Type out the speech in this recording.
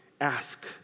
ask